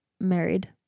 married